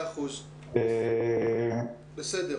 בוקר טוב.